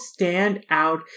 standout